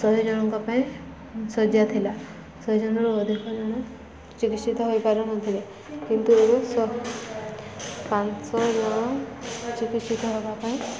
ଶହେ ଜଣଙ୍କ ପାଇଁ ଶଯ୍ୟା ଥିଲା ଶହେ ଜଣରୁ ଅଧିକ ଜଣ ଚିକିତ୍ସିତ ହୋଇପାରୁନଥିଲେ କିନ୍ତୁ ଶହ ପାଞ୍ଚଶହ ଜଣ ଚିକିତ୍ସିତ ହେବା ପାଇଁ